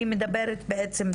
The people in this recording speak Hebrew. היא מדברת בעצם על זה.